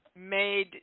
made